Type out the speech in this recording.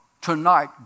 tonight